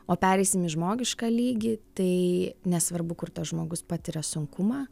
o pereisim į žmogišką lygį tai nesvarbu kur tas žmogus patiria sunkumą